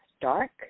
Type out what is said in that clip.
dark